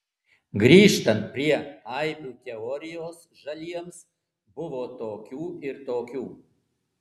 grįžtant prie aibių teorijos žaliems buvo tokių ir tokių